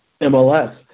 MLS